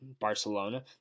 Barcelona